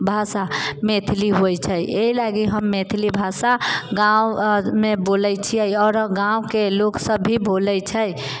भाषा मैथिली होइ छै एहि लागी हम मैथिली भाषा गाँव अरमे बोलै छिए आओर गाँवके लोकसब भी बोलै छै